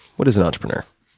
what is an entrepreneur?